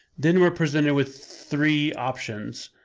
then we're presented with three options,